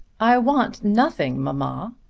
i want nothing, mamma.